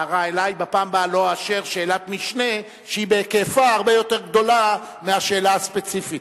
בפעם הבאה לא אאשר שאלת-משנה שהיקפה הרבה יותר גדול מהשאלה הספציפית.